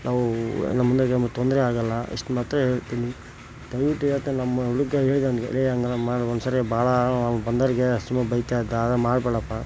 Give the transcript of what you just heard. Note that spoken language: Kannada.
ನಾವು ನಮ್ಮ ತೊಂದರೆ ಆಗಲ್ಲ ಇಷ್ಟು ಮಾತ್ರ ಹೇಳ್ತಿನಿ ದಯವಿಟ್ಟು ಹೇಳ್ತಿನ್ ನಮ್ಮ ಹುಡುಗ ಹೇಳ್ದಂಗೆ ಲೇ ಹಾಗೆಲ್ಲಾ ಮಾಡಿ ಒಂದು ಸಾರಿ ಭಾಳ ಬಂದವ್ರಿಗೆ ಸುಮ್ಮನೆ ಬೈತಾ ಇದ್ದ ಹಾಗೆಲ್ಲ ಮಾಡಬೇಡಪ್ಪ